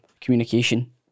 communication